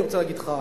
אני רוצה להגיד לך,